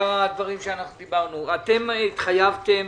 אתם התחייבתם